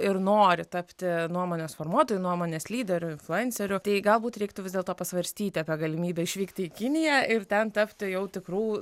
ir nori tapti nuomonės formuotoju nuomonės lyderiu influenceriu galbūt reiktų vis dėlto pasvarstyti apie galimybę išvykti į kiniją ir ten tapti jau tikrų